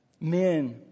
men